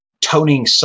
toning